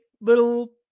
little